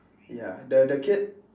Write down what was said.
ya the the kid